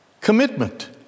Commitment